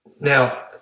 now